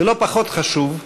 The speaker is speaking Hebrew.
ולא פחות חשוב,